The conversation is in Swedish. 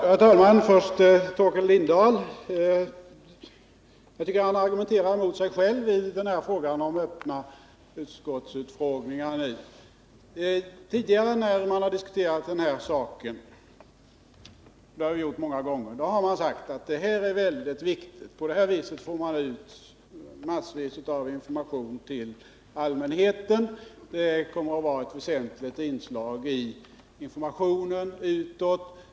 Herr talman! Jag tycker att Torkel Lindahl argumenterar mot sig själv i frågan om öppna utskottsutfrågningar. När vi har diskuterat denna sak tidigare — det har vi gjort många gånger — har man sagt att detta är mycket viktigt. På det här viset får man ut massvis av information till allmänheten. Det kommer att vara ett väsentligt inslag i informationen utåt.